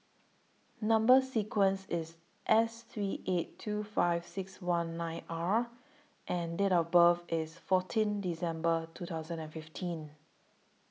Number sequence IS S three eight two five six one nine R and Date of birth IS fourteen December two thousand and fifteen